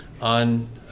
on